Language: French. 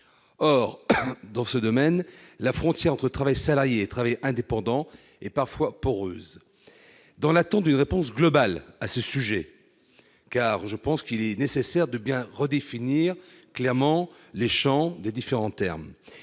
Or, dans ce domaine, la frontière entre travail salarié et travail indépendant est parfois poreuse. Dans l'attente d'une réponse globale à ce sujet, car je pense qu'il est nécessaire de bien redéfinir clairement les champs des différents termes,